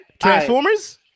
transformers